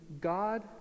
God